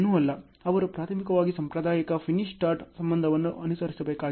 ಅವರು ಪ್ರಾಥಮಿಕವಾಗಿ ಸಾಂಪ್ರದಾಯಿಕ ಫಿನಿಶ್ ಸ್ಟಾರ್ಟ್ ಸಂಬಂಧವನ್ನು ಅನುಸರಿಸಬೇಕಾಗಿಲ್ಲ